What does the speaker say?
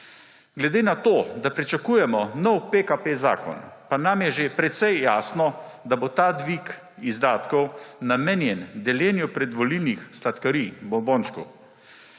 Glede na to, da pričakujemo nov PKP zakon, pa nam je že precej jasno, da bo ta dvig izdatkov namenjen deljenju predvolilnih sladkarij, bombončkov.